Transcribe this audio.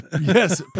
Yes